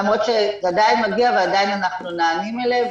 למרות שזה עדיין מגיע ועדיין אנחנו נענים אליהם,